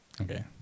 Okay